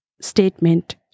statement